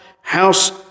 house